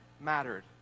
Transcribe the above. mattered